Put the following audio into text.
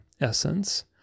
essence